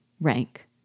Rank